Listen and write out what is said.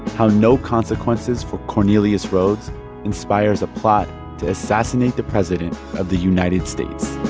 how no consequences for cornelius rhoads inspires a plot to assassinate the president of the united states